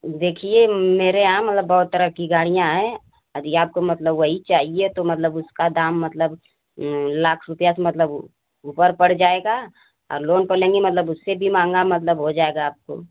देखिए मेरे यहाँ मतलब बहुत तरह की गाड़ियां हैं यदि आपको मतलब वही चाहिए तो मतलब उसका दाम मतलब लाख रुपये से मतलब ऊपर पड़ जएगा लोन तो लेंगी ना मतलब उससे भी महंगा मतलब हो जाएगा आपको